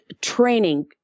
training